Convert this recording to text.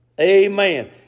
Amen